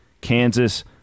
Kansas